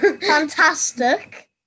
fantastic